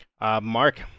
Mark